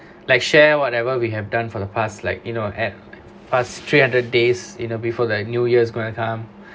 like share whatever we have done for the past like you know at past three hundred days you know before the new year's gonna come